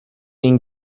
been